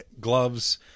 gloves